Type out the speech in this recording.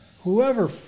Whoever